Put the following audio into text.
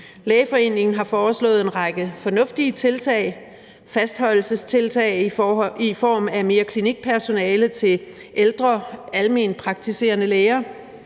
Lægeforeningen har foreslået en række fornuftige tiltag: fastholdelsestiltag i form af mere klinikpersonale til ældre almenpraktiserende læger;